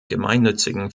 gemeinnützigen